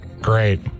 Great